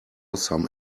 some